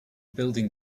building